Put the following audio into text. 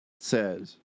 says